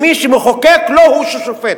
מי שמחוקק לא הוא ששופט.